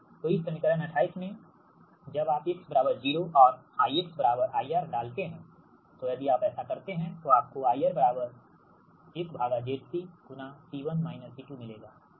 तो इस समीकरण 28 में जब आप x 0 और I IR डालते है तो यदि आप ऐसा करते हैं तो आपको IR 1Zc मिलेगाठीक